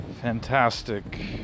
fantastic